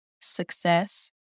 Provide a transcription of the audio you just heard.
success